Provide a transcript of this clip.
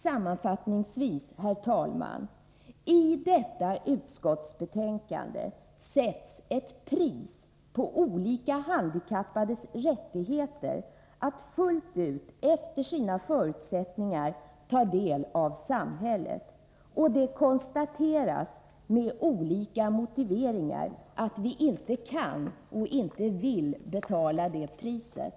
Sammanfattningsvis, herr talman, sätts i detta utskottsbetänkande ett pris på olika handikappades rättigheter att fullt ut efter sina förutsättningar ta del av samhället, och det konstateras med olika motiveringar att vi inte kan och inte vill betala det priset.